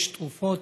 יש תרופות